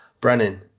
brennan